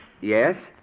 Yes